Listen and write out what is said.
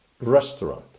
restaurant